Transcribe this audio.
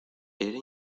era